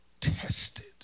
tested